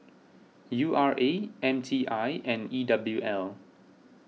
U R A M T I and E W L